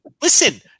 Listen